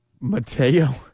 Mateo